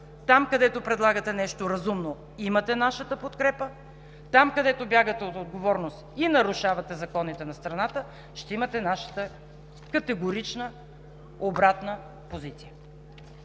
Там, където предлагате нещо разумно, имате нашата подкрепа, там, където бягате от отговорност и нарушавате законите на страната, ще имате нашата категорична обратна позиция.